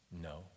No